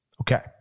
Okay